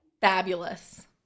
Fabulous